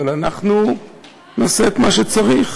אבל אנחנו נעשה את מה שצריך.